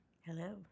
Hello